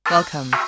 Welcome